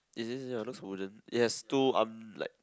is this ya looks wooden yes two arm like